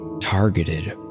targeted